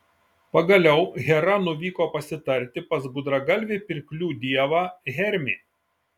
pagaliau hera nuvyko pasitarti pas gudragalvį pirklių dievą hermį